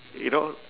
you know